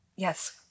Yes